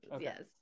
Yes